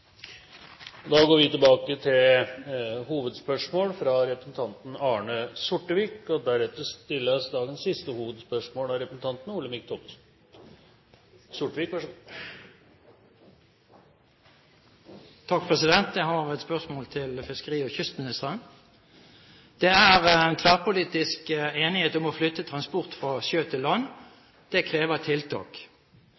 Da går vi til neste hovedspørsmål. Jeg har et spørsmål til fiskeri- og kystministeren. Det er tverrpolitisk enighet om å flytte transport fra sjø til land.